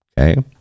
Okay